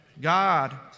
God